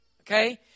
Okay